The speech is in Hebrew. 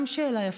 גם שאלה יפה.